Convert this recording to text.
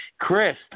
Chris